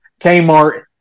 Kmart